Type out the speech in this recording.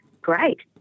great